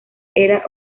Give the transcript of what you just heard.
era